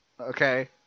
okay